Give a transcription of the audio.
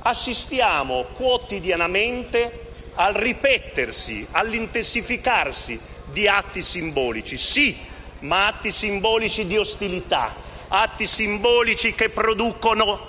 assistiamo quotidianamente al ripetersi, all'intensificarsi sì di atti simbolici, ma di atti simbolici di ostilità, che producono